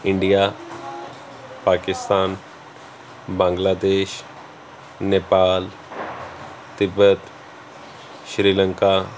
India Pakistan Bangladesh Nepal tibet Sri Lanka